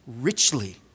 richly